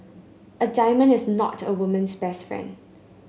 a diamond is not a woman's best friend